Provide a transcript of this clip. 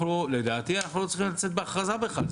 לדעתי אנחנו לא צריכים לצאת בהכרזה בכלל,